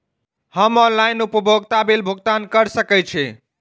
हम ऑनलाइन उपभोगता बिल भुगतान कर सकैछी?